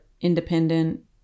independent